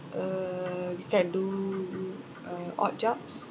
uh you can do uh odd jobs